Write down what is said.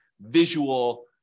visual